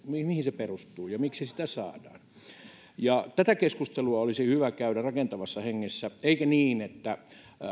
mihin mihin se kritiikki perustuu ja miksi sitä saadaan ja tätä keskustelua olisi hyvä käydä rakentavassa hengessä eikä niin että